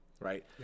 right